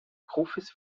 profis